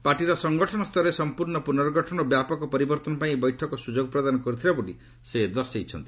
ପାର୍ଟିର ସଂଗଠନ ସ୍ତରରେ ସମ୍ପୂର୍ଣ୍ଣ ପୂର୍ଣ୍ଣଗଠନ ଓ ବ୍ୟାପକ ପରିବର୍ଭନ ପାଇଁ ଏହି ବୈଠକ ସୁଯୋଗ ପ୍ରଦାନ କରିଥିଲା ବୋଲି ସେ ଦର୍ଶାଇଛନ୍ତି